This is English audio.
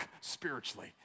spiritually